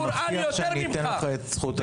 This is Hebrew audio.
אני מבטיח שאני אתן לך את זכות הדיבור.